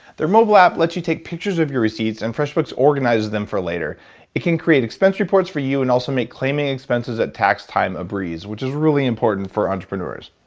their mobile app lets you take pictures of your receipts and freshbooks organizes them for later it can create expense reports for you and also make claiming expenses at tax time a breeze which is really important for entrepreneurs.